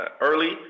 early